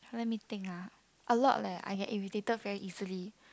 let me think ah a lot leh I get irritated very easily